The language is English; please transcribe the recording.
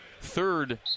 third